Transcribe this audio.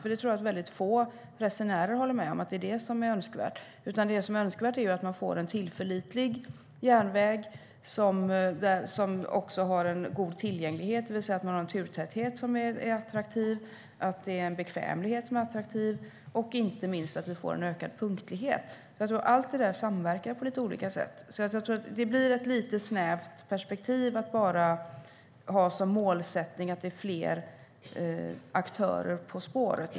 Jag tror att få resenärer håller med om att det är önskvärt. Det som är önskvärt är att man får en tillförlitlig järnväg som har en god tillgänglighet, det vill säga en turtäthet och bekvämlighet som är attraktiv, och - inte minst - att vi får ökad punktlighet. Allt detta samverkar på olika sätt. Det blir ett lite snävt perspektiv att bara ha som målsättning att ha fler aktörer på spåret.